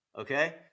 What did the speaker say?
Okay